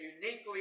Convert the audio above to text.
uniquely